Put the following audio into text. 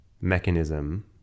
mechanism